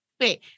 Wait